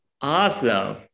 Awesome